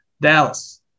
Dallas